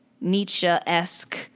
Nietzsche-esque